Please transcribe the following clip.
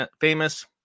Famous